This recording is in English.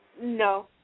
No